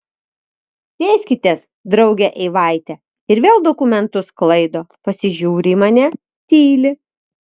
sėskitės drauge eivaite ir vėl dokumentus sklaido pasižiūri į mane tyli